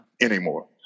anymore